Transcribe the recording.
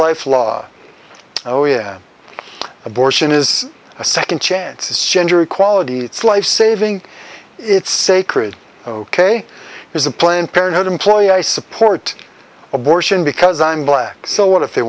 life law oh yeah abortion is a second chance is gender equality it's life saving it's sacred ok is a planned parenthood employee i support abortion because i'm black so what if they